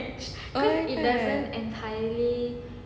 oh is that